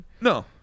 No